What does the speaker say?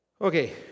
Okay